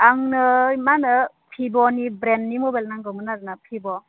आंनो मा होनो भिभ' नि ब्रेन्डनि मबाइल नांगोमोन आरो ना भिभ'